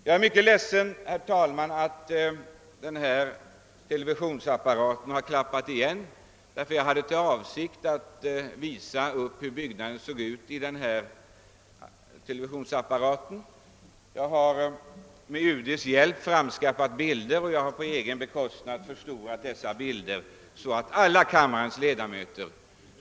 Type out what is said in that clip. Jag är ledsen, herr talman, att dokumentprojektorn här i kammaren är ur funktion, ty jag hade för avsikt att i vår intern-TV visa hur byggnaden ser ut. Jag har med UD:s hjälp skaffat fram bilder och på egen bekostnad låtit förstora dessa för att kunna visa dem för alla kammarens ledamöter.